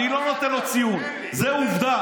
אני לא נותן לו ציון, זו עובדה.